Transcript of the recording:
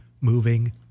moving